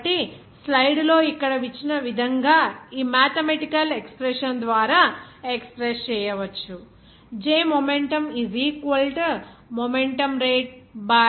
కాబట్టి స్లైడ్లో ఇక్కడ ఇచ్చిన విధంగా ఈ మాథెమెటికల్ ఎక్స్ప్రెషన్ ద్వారా ఎక్స్ప్రెస్ చేయవచ్చు